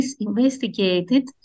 investigated